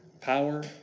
Power